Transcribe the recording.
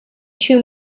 too